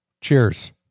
Cheers